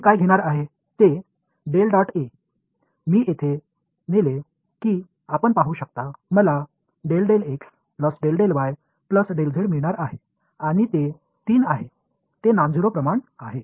मी काय घेणार आहे ते मी येथे नेले की आपण पाहू शकता मला मिळणार आहे आणि ते 3 आहे ते नॉन झेरो प्रमाण आहे